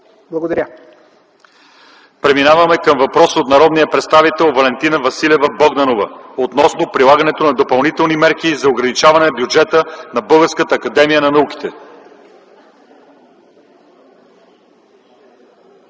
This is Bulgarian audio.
ИВАНОВ : Преминаваме към въпрос от народния представител Валентина Василева Богданова относно прилагането на допълнителни мерки за ограничаване бюджета на Българската академия на науките.